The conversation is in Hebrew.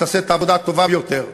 שתעשה את העבודה הטובה ביותר,